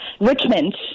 Richmond